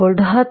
923 volt